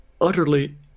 utterly